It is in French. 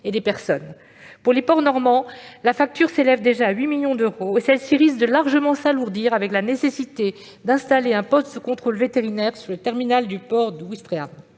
et des personnes. Pour les ports normands, la facture s'élève déjà à 8 millions d'euros et elle risque de largement s'alourdir par la nécessité d'installer un poste de contrôle vétérinaire sur le terminal du port d'Ouistreham.